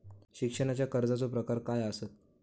शिक्षणाच्या कर्जाचो प्रकार काय आसत?